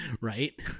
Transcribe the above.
right